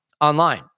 online